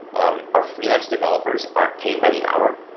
um our freelance developers aren't paid by the hour.